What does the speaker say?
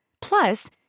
Plus